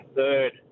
third